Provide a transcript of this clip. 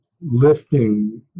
lifting